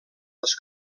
les